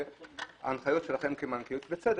ההנחיות שלכם קיימות בצדק.